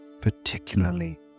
particularly